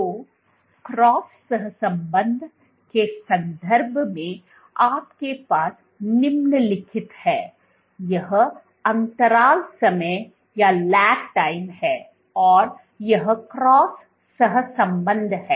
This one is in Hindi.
तो क्रॉस सहसंबंध के संदर्भ में आपके पास निम्नलिखित हैं यह अंतराल समय है और यह क्रॉस सहसंबंध है